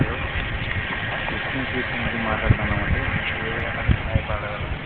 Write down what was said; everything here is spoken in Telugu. హలో కృష్ణ స్వీట్స్ నుంచి మాట్లాడుతున్నామండి మీకు ఏ విధంగా సహాయపడగలము